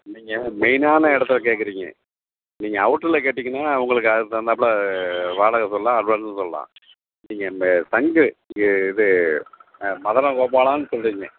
நீங்கள் மெயினான இடத்துலக் கேட்குறீங்க நீங்கள் அவுட்ருல கேட்டீங்கன்னால் உங்களுக்கு அதுக்கு தகுந்தாப்போல வாடகை சொல்லாம் அட்வான்ஸும் சொல்லாம் நீங்கள் இந்த தங்கு இங்கே இது மதன கோபாலான்னு சொல்லிருங்கள்